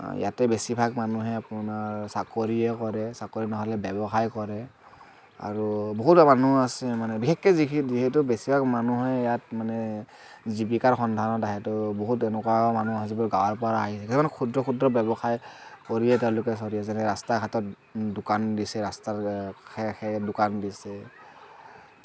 ইয়াতে বেছিভাগ মানুহে আপোনাৰ চাকৰিয়ে কৰে চাকৰি নহ'লে আপোনাৰ ব্যৱসায়ে কৰে আৰু বহুতো মানুহ আছে মানে বিশেষকৈ যিখিনি যিহেতু বেছিভাগ মানুহে ইয়াত মানে জীৱিকাৰ সন্ধানত আহে ত' বহুত এনেকুৱা মানুহ আছে যিবোৰ গাওঁৰ পৰা আহে ক্ষুদ্ৰ ক্ষুদ্ৰ ব্যৱসায় কৰিয়েই তেওঁলোকে চলি আছে ৰাস্তা ঘাটত দোকান দিছে ৰাস্তাৰ কাষে কাষে দোকান দিছে